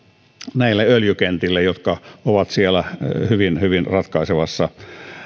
näille öljykentille jotka ovat siellä hyvin hyvin ratkaisevassa